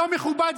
לא מכובד,